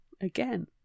Again